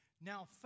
Now